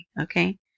okay